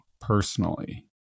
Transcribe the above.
personally